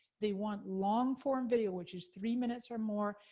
they want long form video, which is three minutes or more.